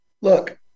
look